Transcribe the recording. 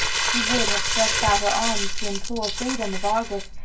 she would have stretched out her arms to implore freedom of argus,